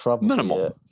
minimal